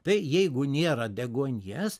tai jeigu nėra deguonies